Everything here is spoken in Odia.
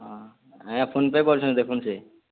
ହଁ ଆଜ୍ଞା ଫୋନ୍ପେ କରିଛନ୍ ଦେଖୁନ୍ ସିଏ